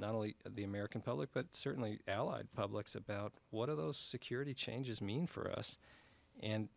not only the american public but certainly allied publics about what are those security changes mean for us and